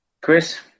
Chris